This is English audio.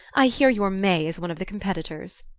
i hear your may is one of the competitors.